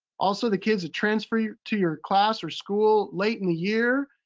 also the kids that transfer to your class or school late in the year,